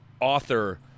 author